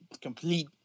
complete